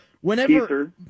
whenever